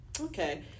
okay